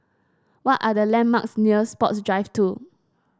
what are the landmarks near Sports Drive Two